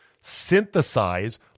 synthesize